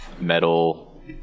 metal